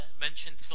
mentioned